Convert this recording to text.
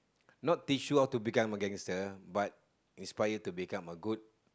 not teach you how to become gangster but is prior to become a good